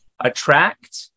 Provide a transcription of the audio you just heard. Attract